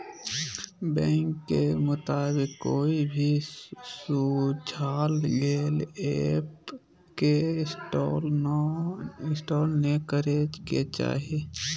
bank के मुताबिक, कोई भी सुझाल गेल ऐप के इंस्टॉल नै करे के चाही